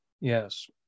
Yes